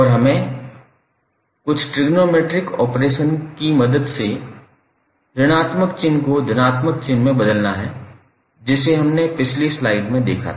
और हमें कुछ ट्रोनोमेट्रिक ऑपरेशन की मदद से ऋणात्मक चिन्ह को धनात्मक चिह्न में बदलना है जिसे हमने पिछली स्लाइड में देखा था